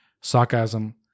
sarcasm